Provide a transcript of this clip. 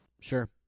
Sure